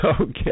Okay